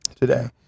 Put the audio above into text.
today